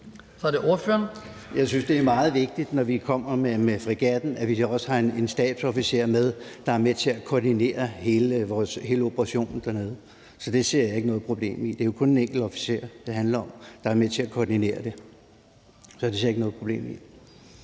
Jeg synes, det er meget vigtigt, når vi kommer med fregatten, at vi også har en stabsofficer med, der er med til at koordinere hele operationen dernede, så det ser jeg ikke noget problem i. Det er jo kun en enkelt officer, det handler om, og som skal være med til at koordinere det. Så det ser jeg ikke noget problem i.